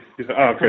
Okay